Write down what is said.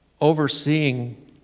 overseeing